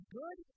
good